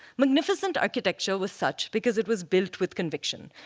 magnificent architecture was such because it was built with conviction.